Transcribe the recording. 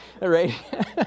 right